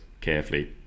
carefully